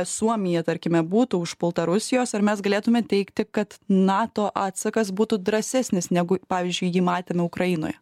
suomija tarkime būtų užpulta rusijos ar mes galėtume teigti kad nato atsakas būtų drąsesnis negu pavyzdžiui jį matėme ukrainoje